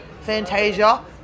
Fantasia